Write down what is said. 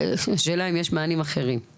השאלה אם יש מענים אחרים.